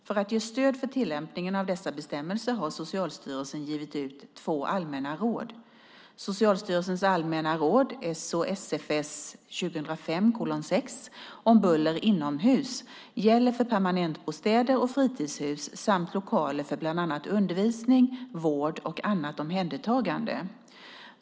För att ge stöd för tillämpningen av dessa bestämmelser har Socialstyrelsen givit ut två allmänna råd. Socialstyrelsens allmänna råd om buller inomhus gäller för permanentbostäder och fritidshus samt lokaler för bland annat undervisning, vård och annat omhändertagande.